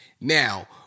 Now